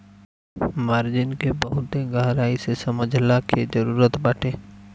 margin के बहुते गहराई से समझला के जरुरत बाटे